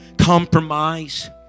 compromise